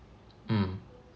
mm